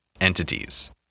entities